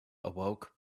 awoke